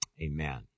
Amen